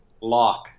Lock